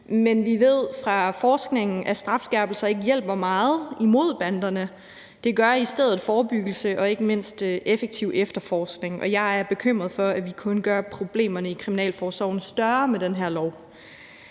men vi ved fra forskningen, at strafskærpelser ikke hjælper meget imod banderne. Det gør i stedet forebyggelse og ikke mindst effektiv efterforskning, og jeg er bekymret for, at vi kun gør problemerne i kriminalforsorgen større med den her lov.